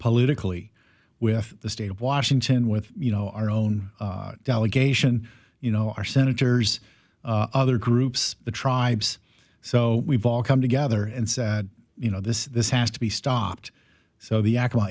politically with the state of washington with you know our own delegation you know our senators other groups the tribes so we've all come together and said you know this this has to be stopped so the ac